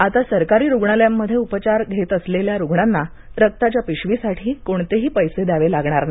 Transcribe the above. आता सरकारी रुग्णालयांमध्ये उपचार घेत असलेल्या रुग्णांना रक्ताच्या पिशवीसाठी कोणतेही पैसे द्यावे लागणार नाही